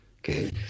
Okay